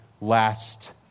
last